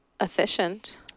Efficient